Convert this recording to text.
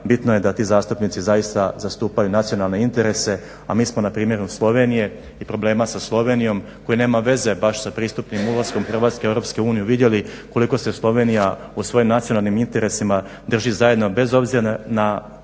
bitno je da ti zastupnici zaista zastupaju nacionalne interese, a mi smo na primjeru Slovenije i problema sa Slovenijom koji nema veze baš sa pristupnim ulaskom Hrvatske u EU vidjeli koliko se Slovenija u svojim nacionalnim interesima drži zajedno bez obzira na